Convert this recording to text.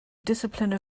discipline